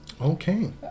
Okay